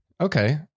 Okay